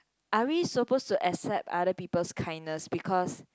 are we supposed to accept other people kindness because